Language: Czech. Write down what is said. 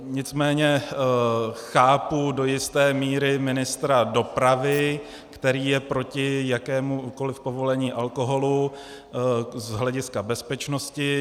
Nicméně chápu do jisté míry ministra dopravy, který je proti jakémukoliv povolení alkoholu z hlediska bezpečnosti.